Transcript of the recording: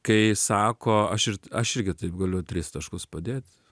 kai sako aš ir aš irgi taip galiu tris taškus padėt